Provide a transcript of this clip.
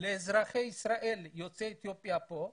לאזרחי ישראל יוצאי אתיופיה שנמצאים כאן